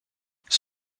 his